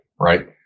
right